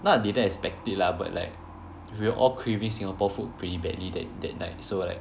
not didn't expect it lah but like we're all craving Singapore food pretty badly that that night so like